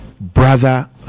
brother